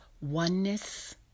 oneness